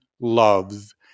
loves